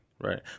right